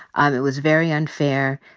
um it was very unfair.